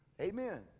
Amen